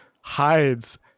hides